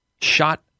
shot